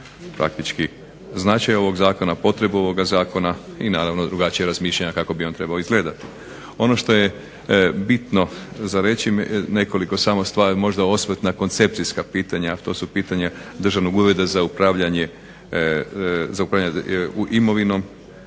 praktički značaj ovog Zakona i potrebu ovog Zakona i naravno drugačija mišljenja kako bi on trebao izgledati. Ono što je bitno za reći nekoliko samo stvari možda osvrt na koncepcijska pitanja, a to su pitanja Državnog ureda za upravljanje državnom